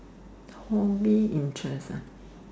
hobby interest ah